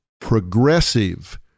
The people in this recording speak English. progressive